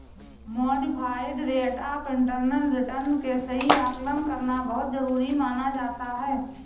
modified rate of internal return के सही आकलन करना बहुत जरुरी माना जाता है